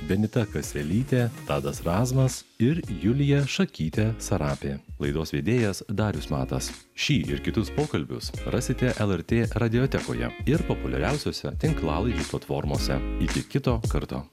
benita kaselytė tadas razmas ir julija šakytė sarapė laidos vedėjas darius matas šį ir kitus pokalbius rasite lrt radiotekoje ir populiariausiose tinklalaidžių platformose iki kito karto